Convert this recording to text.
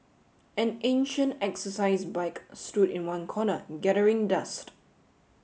an ancient exercise bike stood in one corner gathering dust